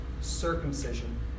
circumcision